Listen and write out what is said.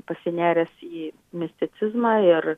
pasinėręs į misticizmą ir